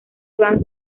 iván